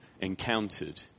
encountered